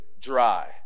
dry